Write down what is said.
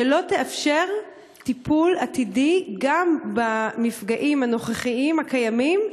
שלא תאפשר טיפול עתידי גם במפגעים הנוכחיים הקיימים,